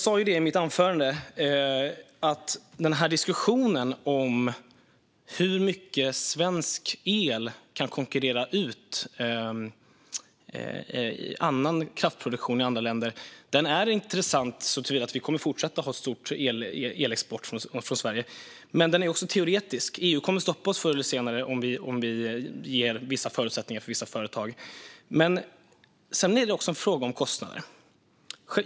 I mitt anförande sa jag att diskussionen om hur mycket svensk el kan konkurrera ut annan kraftproduktion i andra länder är intressant så till vida att vi kommer att fortsätta att ha stor elexport från Sverige. Men den är teoretisk. EU kommer förr eller senare att stoppa oss om vi ger vissa förutsättningar för vissa företag. Men sedan är det en fråga om kostnader.